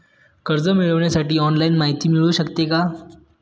कर्ज मिळविण्यासाठी ऑनलाईन माहिती मिळू शकते का?